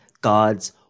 God's